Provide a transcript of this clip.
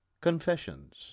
Confessions